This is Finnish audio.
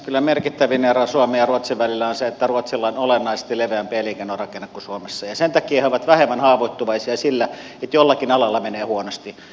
kyllä merkittävin ero suomen ja ruotsin välillä on se että ruotsilla on olennaisesti leveämpi elinkeinorakenne kuin suomella ja sen takia he ovat vähemmän haavoittuvaisia sille että jollakin alalla menee huonosti